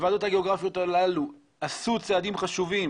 הוועדות הגאוגרפיות הללו עשו צעדים חשובים,